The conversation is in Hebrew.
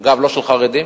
אגב, לא של חרדים,